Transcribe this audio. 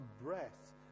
breath